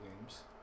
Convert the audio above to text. games